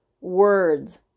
Words